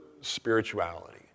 spirituality